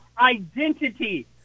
identity